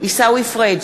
עיסאווי פריג'